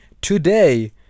today